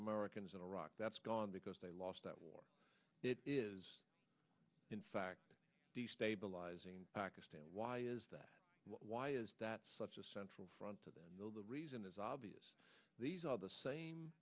americans in iraq that's gone because they lost that war it is in fact destabilizing pakistan why is that why is that such a central front in the reason is obvious these are the same